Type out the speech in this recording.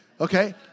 Okay